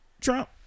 Trump